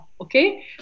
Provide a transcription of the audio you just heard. okay